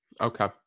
Okay